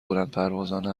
بلندپروازانه